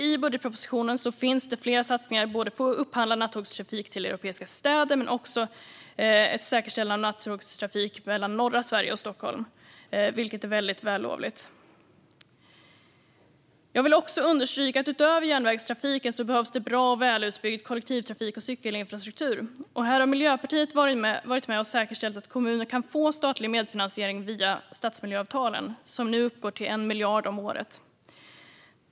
I budgetpropositionen finns flera satsningar både på upphandlad nattågstrafik till europeiska städer och på att säkerställa nattågstrafik mellan norra Sverige och Stockholm, vilket är vällovligt. Jag vill understryka att det utöver järnvägstrafik behövs bra och välutbyggd kollektivtrafik och cykelinfrastruktur. Här har Miljöpartiet varit med och säkerställt att kommuner kan få statlig medfinansiering via stadsmiljöavtalen, som nu uppgår till 1 miljard om året.